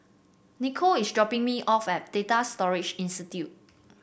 Nichole is dropping me off at Data Storage Institute